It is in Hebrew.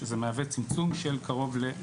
שזה מהווה צמצום של כ-20%.